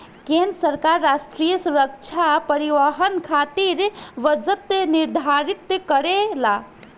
केंद्र सरकार राष्ट्रीय सुरक्षा परिवहन खातिर बजट निर्धारित करेला